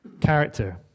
character